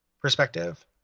perspective